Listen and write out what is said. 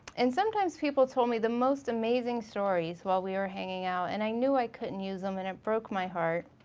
and sometimes people told me the most amazing stories while we were hanging out and i knew i couldn't use em and it broke my heart.